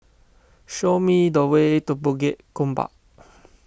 show me the way to Bukit Gombak